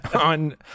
on